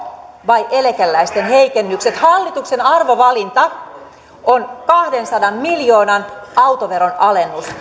vai eläkeläisten heikennykset hallituksen arvovalinta on kahdensadan miljoonan autoveron alennus